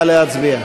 נא להצביע.